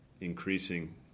increasing